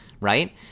right